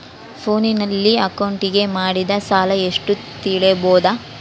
ಫೋನಿನಲ್ಲಿ ಅಕೌಂಟಿಗೆ ಮಾಡಿದ ಸಾಲ ಎಷ್ಟು ತಿಳೇಬೋದ?